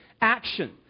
action